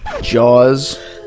Jaws